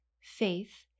faith